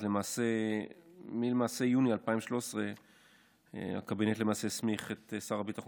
למעשה מיוני 2013 הקבינט הסמיך את שר הביטחון